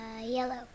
Yellow